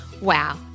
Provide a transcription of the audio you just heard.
Wow